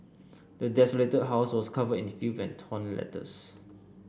the desolated house was covered in filth and torn letters